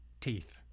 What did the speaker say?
teeth